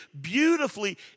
beautifully